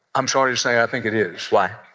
i'm sorry to say i think it is why?